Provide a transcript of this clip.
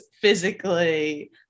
physically